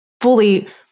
fully